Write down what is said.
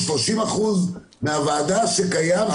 30% מהוועדה שקיים,